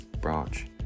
branch